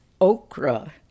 okra